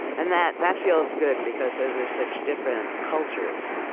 and that that feels good, because those are such different cultures,